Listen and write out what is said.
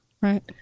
Right